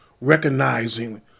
recognizing